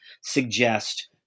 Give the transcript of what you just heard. suggest